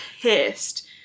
pissed